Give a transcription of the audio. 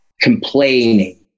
complaining